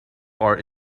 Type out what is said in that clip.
are